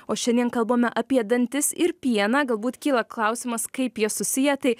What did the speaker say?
o šiandien kalbame apie dantis ir pieną galbūt kyla klausimas kaip jie susiję tai